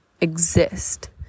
exist